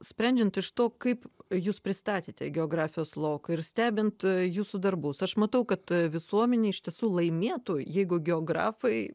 sprendžiant iš to kaip jūs pristatėte geografijos lauką ir stebint jūsų darbus aš matau kad visuomenė iš tiesų laimėtų jeigu geografai